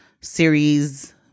series